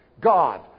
God